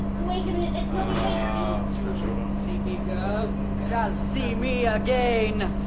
wait a minute! let's not be hasty! you, creepy girl, shall see me again!